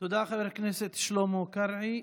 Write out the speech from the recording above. תודה, חבר הכנסת שלמה קרעי.